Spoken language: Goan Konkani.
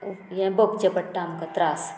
हें भोगचे पडटा आमकां त्रास